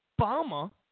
Obama